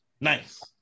Nice